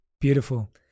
Beautiful